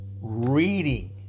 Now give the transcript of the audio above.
reading